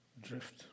drift